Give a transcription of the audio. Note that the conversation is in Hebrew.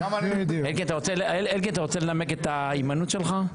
אלקין, אתה רוצה לנמק את ההימנעות שלך?